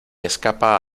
escapa